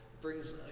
Brings